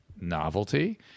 novelty